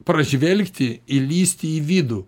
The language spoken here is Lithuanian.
pražvelgti įlįsti į vidų